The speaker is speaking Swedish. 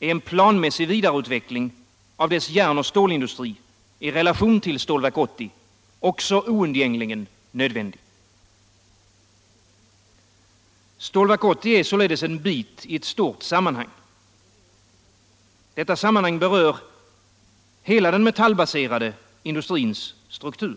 är en planmässig vidareutveckling av dess järnoch stålindustri i relation till Stålverk 80 också oundgängligen nödvändig. 6. Stålverk 80 är således en bit i ett stort sammanhang. Detta sammanhang berör hela den metallbaserade industrins struktur.